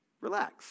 relax